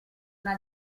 una